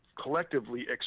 Collectively